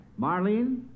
Marlene